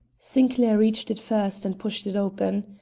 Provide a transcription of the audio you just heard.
sinclair reached it first and pushed it open.